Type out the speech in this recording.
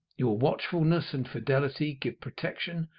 your watchfulness and fidelity give protection,